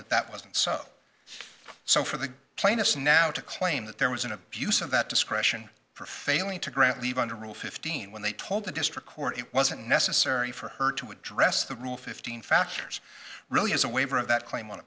that that wasn't so so for the plaintiffs now to claim that there was an abuse of that discretion for failing to grant leave under rule fifteen when they told the district court it wasn't necessary for her to address the rule fifteen factures really is a waiver of that claim on